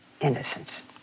Innocence